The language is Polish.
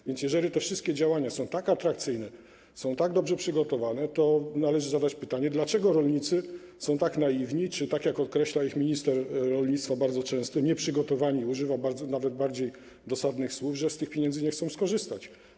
A więc jeżeli te wszystkie działania są tak atrakcyjne, są tak dobrze przygotowane, to należy zadać pytanie, dlaczego rolnicy są tak naiwni czy, jak określa ich bardzo często minister rolnictwa, nieprzygotowani - używa nawet bardziej dosadnych słów - że z tych pieniędzy nie chcą skorzystać.